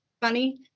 funny